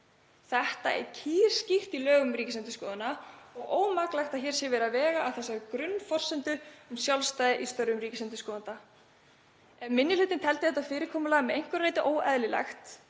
Það er kýrskýrt í lögum um Ríkisendurskoðun og ómaklegt að hér sé verið að vega að þessari grunnforsendu um sjálfstæði í störfum ríkisendurskoðanda. Ef minni hlutinn teldi þetta fyrirkomulag að einhverju leyti óeðlilegt